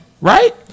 right